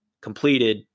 completed